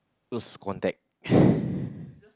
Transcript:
lose contact